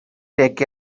take